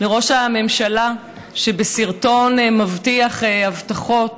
לראש הממשלה שבסרטון מבטיח הבטחות